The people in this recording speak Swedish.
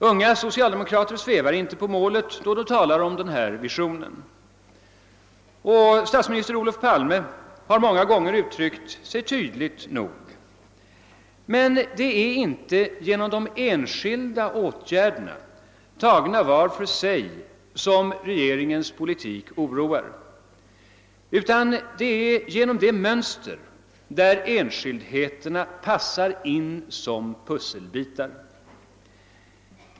Unga socialdemokrater svävar inte på målet när de talar om denna vision, och statsminister Olof Palme har många gånger uttryckt sig tydligt nog. Men det är inte genom de enskilda åtgärderna tagna var för sig som regeringens politik oroar utan det är genom det mönster där enskildheterna passar in som pusselbitar.